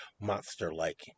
monster-like